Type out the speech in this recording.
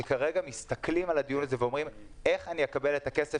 שכרגע מסתכלים על הדיון הזה ואומרים: איך אני אקבל את הכסף